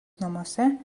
namuose